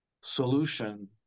solution